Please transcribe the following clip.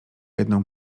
jedną